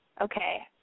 Okay